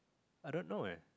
I don't know ah